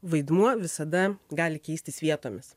vaidmuo visada gali keistis vietomis